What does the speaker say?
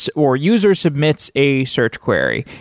so or user submits a search query,